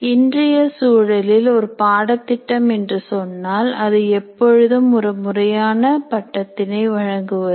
இன்றைய சூழலில் ஒரு பாடத்திட்டம் என்று சொன்னால் அது எப்பொழுதும் ஒரு முறையான பட்டத்தினை வழங்குவது